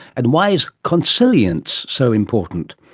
and why is consilience so important?